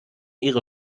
ihre